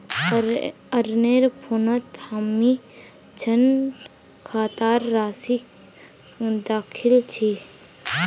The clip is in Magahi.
अरनेर फोनत हामी ऋण खातार राशि दखिल छि